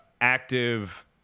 active